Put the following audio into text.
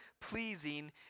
pleasing